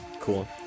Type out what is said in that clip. Cool